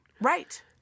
right